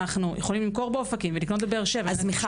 אנחנו יכולים למכור באופקים ולמכור בבאר שבע.